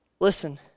Listen